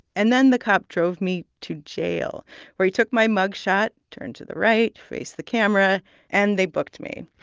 and then the cop drove me to jail where he took my mug shot turn to the right, face the camera and they booked me,